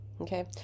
okay